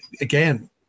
again